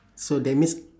so that means